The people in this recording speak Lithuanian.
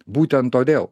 būtent todėl